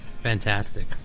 fantastic